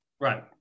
Right